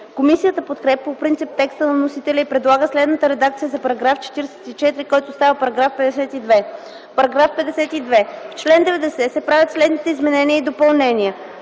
Комисията подкрепя по принцип текста на вносителя и предлага следната редакция за § 44, който става § 52: „§ 52. В чл. 90 се правят следните изменения и допълнения: